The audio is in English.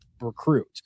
recruit